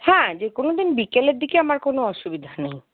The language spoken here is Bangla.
হ্যাঁ যে কোনোদিন বিকেলের দিকে আমার কোনো আসুবিধা নেই